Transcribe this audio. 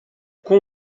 com